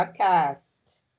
podcast